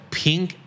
pink